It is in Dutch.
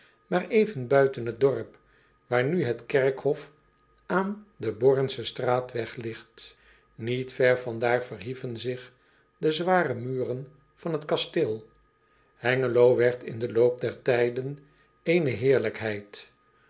maar even buiten het dorp waar nu het kerkhof aan den ornschen straatweg ligt iet ver van daar verhieven zich de zware muren van het kasteel engelo werd in den loop der tijden eene heerlijkheid